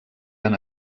han